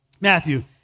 Matthew